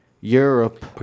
Europe